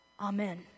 amen